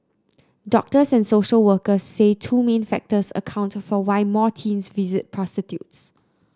doctors and social workers say two main factors account for why more teens visit prostitutes